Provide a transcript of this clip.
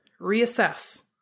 reassess